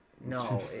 No